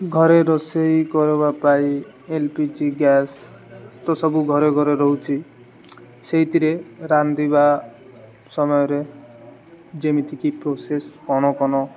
ଘରେ ରୋଷେଇ କରିବା ପାଇଁ ଏଲପିଜି ଗ୍ୟାସ୍ ତ ସବୁ ଘରେ ଘରେ ରହୁଛି ସେଇଥିରେ ରାନ୍ଧିବା ସମୟରେ ଯେମିତିକି ପ୍ରୋସେସ୍ କ'ଣ କ'ଣ